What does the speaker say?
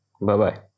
Bye-bye